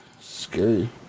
Scary